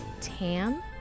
Tam